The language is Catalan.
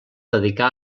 dedicà